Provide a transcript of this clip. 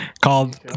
called